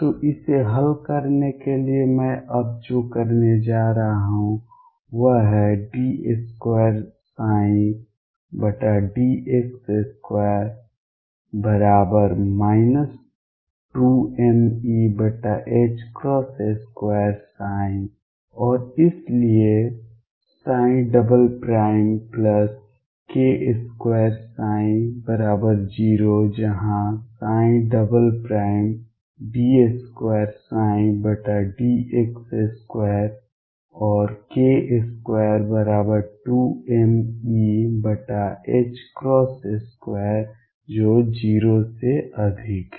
तो इसे हल करने के लिए मैं अब जो करने जा रहा हूं वह है d2dx2 2mE2 और इसलिए k2ψ0 जहां d2dx2 और k22mE2 जो 0 से अधिक है